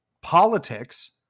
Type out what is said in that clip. politics